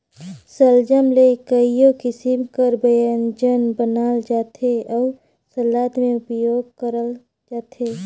सलजम ले कइयो किसिम कर ब्यंजन बनाल जाथे अउ सलाद में उपियोग करल जाथे